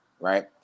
right